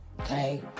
Okay